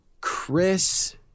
Chris